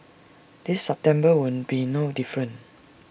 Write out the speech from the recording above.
this September will be no different